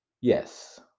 Yes